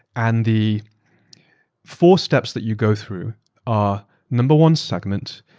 and the four steps that you go through are number one, segment,